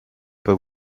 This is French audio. pas